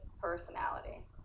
personality